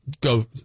go